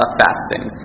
fasting